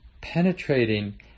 penetrating